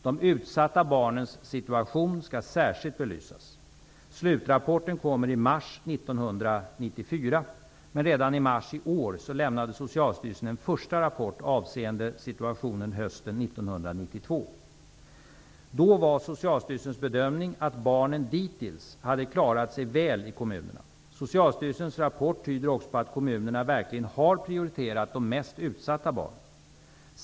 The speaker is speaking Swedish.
De utsatta barnens situation skall särskilt belysas. Slutrapporten kommer i mars 1994. Men redan i mars i år lämnade Socialstyrelsen en första rapport avseende situationen hösten 1992. Då var Socialstyrelsens bedömning att barnen ditintills hade klarat sig väl i kommunerna. Socialstyrelsens rapport tyder också på att kommunerna verkligen har prioriterat de mest utsatta barnen.